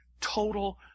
total